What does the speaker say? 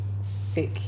sick